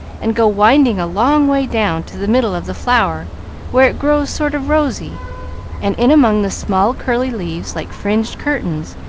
and go winding a long way down to the middle of the flower where it grows sort of rosy and in among the small, curly leaves, like fringed curtains,